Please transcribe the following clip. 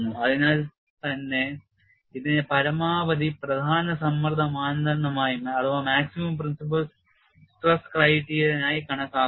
അതിനാൽത്തന്നെ ഇതിനെ പരമാവധി പ്രധാന സമ്മർദ്ദ മാനദണ്ഡമായി കണക്കാക്കുന്നു